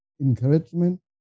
encouragement